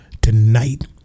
tonight